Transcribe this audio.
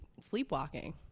sleepwalking